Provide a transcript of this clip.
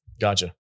Gotcha